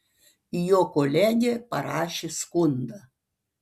jo kolegė parašė skundą